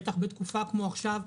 בטח בתקופה כמו עכשיו,